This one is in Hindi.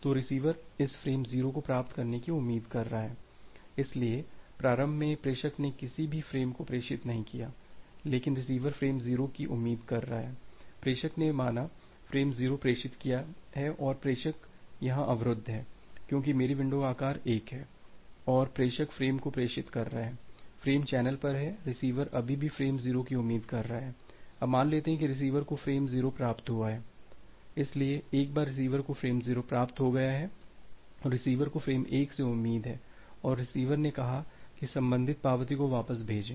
तो रिसीवर इस फ्रेम 0 को प्राप्त करने की उम्मीद कर रहा है इसलिए प्रारंभ में प्रेषक ने किसी भी फ्रेम को प्रेषित नहीं किया है लेकिन रिसीवर फ्रेम 0 की उम्मीद कर रहा है प्रेषक ने माना फ़्रेम 0 प्रेषित किया है और प्रेषक यहाँ अवरुद्ध है क्योंकि मेरी विंडो का आकार 1 है और प्रेषक फ्रेम को प्रेषित कर रहा है फ्रेम चैनल पर है रिसीवर अभी भी फ्रेम 0 की उम्मीद कर रहा है अब मान लेते हैं कि रिसीवर को फ्रेम 0 प्राप्त हुआ है इसलिए एक बार रिसीवर को फ्रेम 0 प्राप्त हो गया है रिसीवर को फ़्रेम 1 से उम्मीद है और रिसीवर ने कहा है कि संबंधित पावती को वापस भेजें